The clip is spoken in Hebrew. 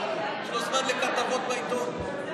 יש לו זמן לכתבות בעיתון.